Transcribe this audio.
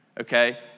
okay